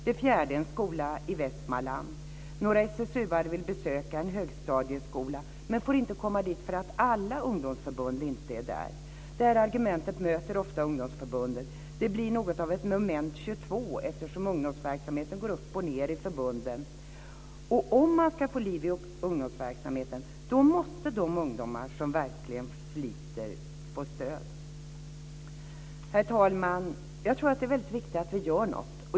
Det fjärde exemplet gäller en skola i Västmanland. Några SSU:are vill besöka en högstadieskola, men får inte komma dit för att inte alla ungdomsförbund är där. Det argumentet möter Ungdomsförbundet ofta. Det blir något av ett Moment 22, eftersom ungdomsverksamheten går upp och ned i förbunden. Om man ska få liv i ungdomsverksamheten, måste de ungdomar som verkligen sliter få stöd. Herr talman! Jag tror att det är viktigt att vi gör något.